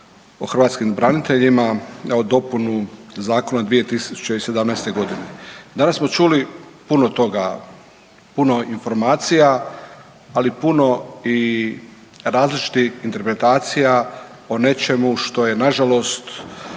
hrvatskim braniteljima o dopuni zakona od 2017. godine. Danas smo čuli puno toga, puno informacija ali puno i različitih interpretacija o nečemu što je nažalost